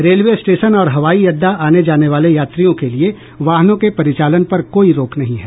railway station और हवाई अड्डा आने जाने वाले यात्रियों के लिए वाहनों के परिचालन पर कोई रोक नहीं है